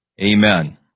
Amen